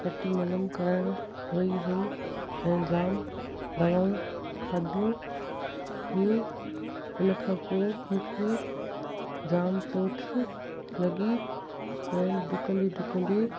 पटी मलम कराइणु वई हुअमि ऐं जामु दवाऊं खाधियूं हूं हुनखां पोइ मूंखे जामु चोट लॻी ऐं डुकंदे डुकंदे